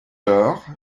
lors